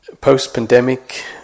post-pandemic